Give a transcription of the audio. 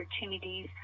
opportunities